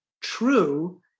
true